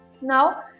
Now